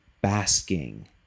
basking